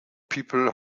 people